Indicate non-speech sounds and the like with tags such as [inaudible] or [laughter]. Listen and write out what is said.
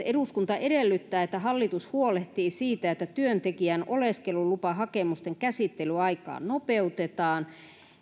[unintelligible] eduskunta edellyttää että hallitus huolehtii siitä että työntekijän oleskelulupahakemusten käsittelyaikaa nopeutetaan